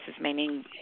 meaning